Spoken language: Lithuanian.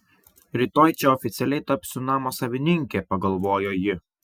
rytoj čia oficialiai tapsiu namo savininke pagalvojo ji